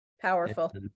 powerful